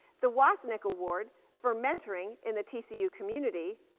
the wassenich award for mentoring in the tcu community,